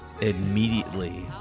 Immediately